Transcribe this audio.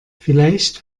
vielleicht